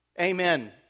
amen